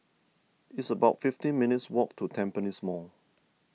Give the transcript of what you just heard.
it's about fifty minutes' walk to Tampines Mall